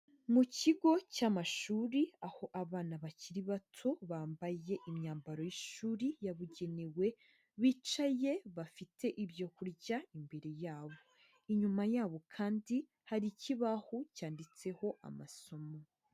Mu kigo cy'amashuri aho abana bakiri bato bambaye imyambaro y'ishuri yabugenewe bicaye bafite ibyo kurya imbere yabo, inyuma yabo kandi hari ikibaho cyanditseho amasomo.